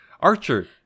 Archer